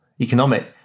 economic